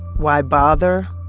why bother?